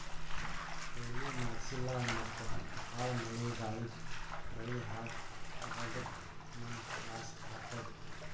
ಕೊಯ್ಲಿ ಮಾಡ್ಸಿಲ್ಲ ಮತ್ತ್ ಭಾಳ್ ಮಳಿ ಗಾಳಿಗ್ ಬೆಳಿ ಹಾಳ್ ಆಗಾದಕ್ಕ್ ನಮ್ಮ್ಗ್ ಲಾಸ್ ಆತದ್